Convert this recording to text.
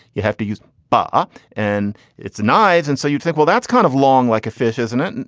you have to use bar and it's knives. and so you'd think, well, that's kind of long like a fish, isn't it? and